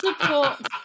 support